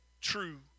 true